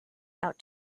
out